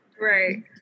Right